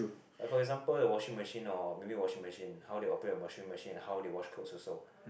like for example the washing machine or maybe washing machine how they operate the washing machine how they wash clothes also